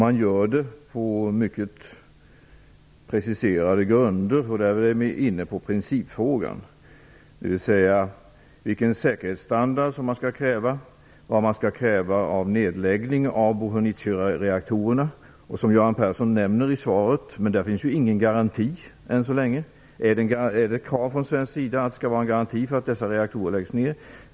Det gör man på mycket preciserade grunder. Därmed är jag inne på principfrågan - dvs. vilken säkerhetsstandard som skall krävas och vad man skall kräva av nedläggningen av Bohunicereaktorerna. Göran Persson nämner detta i svaret, men där finns än så länge ingen garanti. Är det alltså ett krav från svensk sida att det skall vara en garanti för att dessa reaktorer läggs ner?